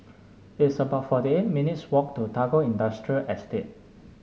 it's about forty eight minutes' walk to Tagore Industrial Estate